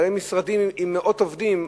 בעלי משרדים עם מאות עובדים,